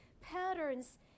patterns